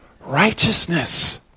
righteousness